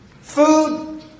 Food